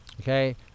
Okay